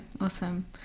awesome